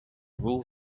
rule